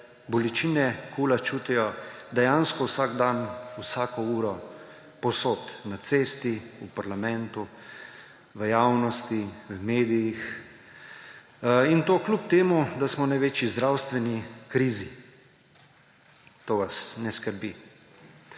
bolečine KUL čutijo dejansko vsak dan, vsako uro, povsod: na cesti, v parlamentu, v javnosti, v medijih in to kljub temu da smo v največji zdravstveni krizi, to vas ne skrbi.